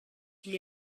stand